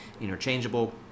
interchangeable